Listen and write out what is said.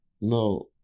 No